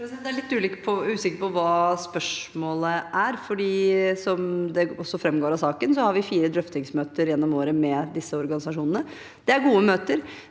Jeg er litt usikker på hva spørsmålet er, fordi som det også framgår av saken, har vi fire drøftingsmøter gjennom året med disse organisasjonene. Det er gode møter